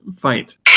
fight